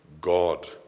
God